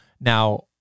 now